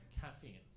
caffeine